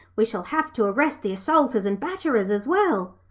we shall have to arrest the assaulters and batterers, as well